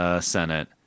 Senate